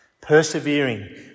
persevering